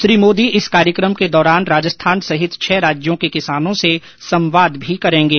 श्री मोदी इस कार्यक्रम के दौरान राजस्थान सहित छह राज्यों के किसानों से संवाद भी करेंगे